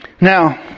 Now